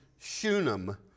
Shunem